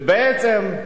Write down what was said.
ובעצם,